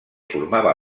formava